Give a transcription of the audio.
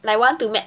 like want to ma~